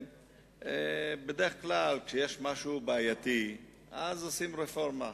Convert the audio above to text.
בדרך כלל כשיש משהו בעייתי אז עושים רפורמה.